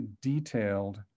detailed